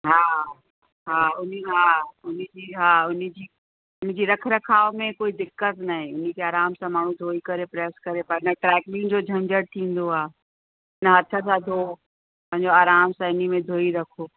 हा हा उन्हीअ हा उन्हीअ जी हा उन्हीअ जी रख रखाव में कोई दिक़त नाहे इनके आराम सां माण्हू धोई करे प्रेस करे न ड्रायक्लीन जो झंझट थींदो आहे न हथ सां धो पंहिंजो आराम सां इन्हीअ में धोई रखो